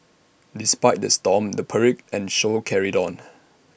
despite the storm the parade and show carried on